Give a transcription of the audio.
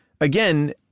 again